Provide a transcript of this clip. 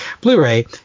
Blu-ray